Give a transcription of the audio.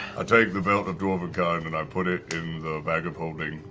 i take the belt of dwarvenkind, and i put it in the bag of holding.